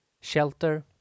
shelter